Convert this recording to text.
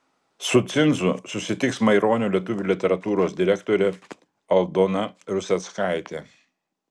su cinzu susitiks maironio lietuvių literatūros direktorė aldona ruseckaitė